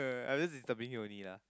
I I just disturbing you only lah